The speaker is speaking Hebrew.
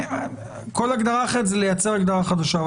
כל הגדרה אחרת זה לייצר הגדרה חדשה.